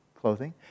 clothing